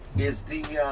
is the